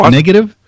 negative